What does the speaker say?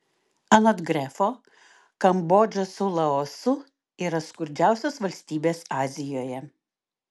anot grefo kambodža su laosu yra skurdžiausios valstybės azijoje